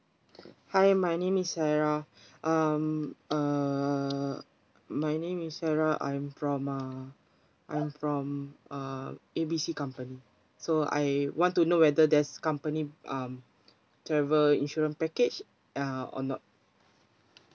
hi my name is sarah um uh my name is sarah I'm from uh I'm from uh A B C company so I want to know whether there's company um travel insurance package uh or not